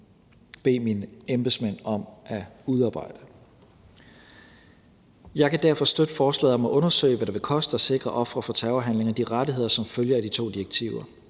Jeg kan derfor støtte forslaget om at undersøge, hvad det vil koste at sikre ofre for terrorhandlinger de rettigheder, som følger af de to direktiver.